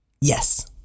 Yes